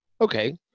Okay